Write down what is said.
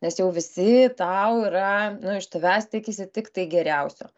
nes jau visi tau yra nu iš tavęs tikisi tiktai geriausio